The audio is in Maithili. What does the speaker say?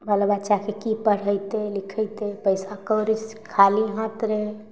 बाल बच्चाके की पढ़ेतै लिखेतै पैसा कौड़ी खाली हाथ रहय